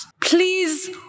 Please